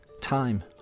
Time